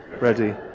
ready